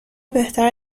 بهتر